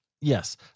yes